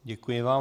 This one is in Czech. Děkuji vám.